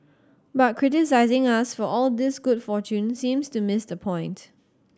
but criticising us for all this good fortune seems to miss the point